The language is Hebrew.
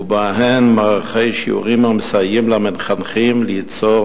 ובהן מערכי שיעורים המסייעים למחנכים ליצור